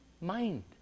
mind